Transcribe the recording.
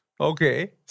Okay